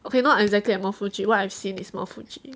okay not exactly at mount fuji what I've seen is mount fuji